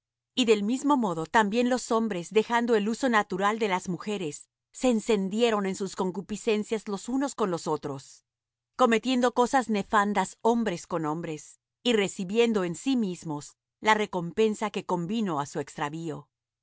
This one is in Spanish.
y del mismo modo también los hombres dejando el uso natural de las mujeres se encendieron en sus concupiscencias los unos con los otros cometiendo cosas nefandas hombres con hombres y recibiendo en sí mismos la recompensa que convino á su extravío